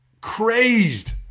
crazed